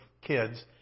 kids